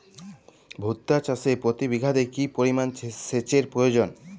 ভুট্টা চাষে প্রতি বিঘাতে কি পরিমান সেচের প্রয়োজন?